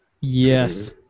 yes